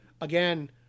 again